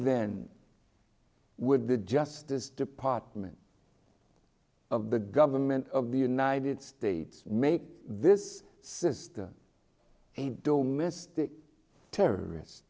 then would the justice department of the government of the united states make this system don't miss the terrorist